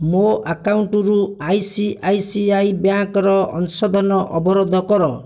ମୋ ଆକାଉଣ୍ଟରୁ I C I C I ବ୍ୟାଙ୍କ୍ର ଅଂଶଧନ ଅବରୋଧ କର